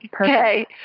Okay